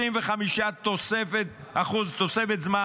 25% תוספת זמן.